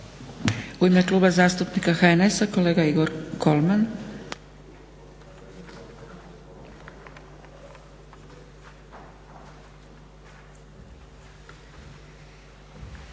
U ime Kluba zastupnika HNS-a kolega Igor Kolman.